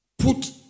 Put